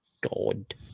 god